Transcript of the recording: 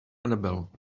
annabelle